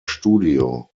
studio